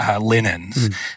linens